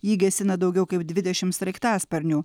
jį gesina daugiau kaip dvidešimt sraigtasparnių